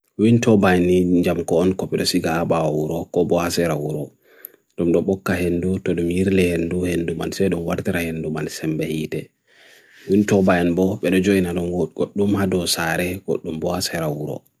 wintobaini nijam kon ko pidasiga aba uro ko bohase ra uro dumdobokha hendu, tudumirle hendu, hendu manse dum wadre hendu manse mbe hide wintobain boh beno jo inhanon koddum hado sarhe koddum bohase ra uro